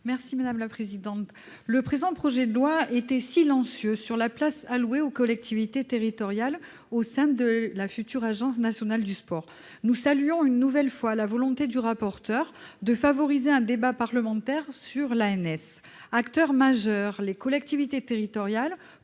Mireille Jouve. La rédaction initiale du projet de loi était silencieuse sur la place allouée aux collectivités territoriales au sein de la future Agence nationale du sport. Nous saluons une nouvelle fois la volonté du rapporteur de favoriser un débat parlementaire sur l'ANS. Acteurs majeurs du sport, les collectivités territoriales